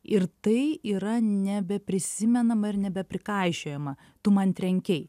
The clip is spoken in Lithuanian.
ir tai yra nebeprisimenama ir nebeprikaišiojama tu man trenkei